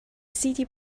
city